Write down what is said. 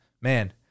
man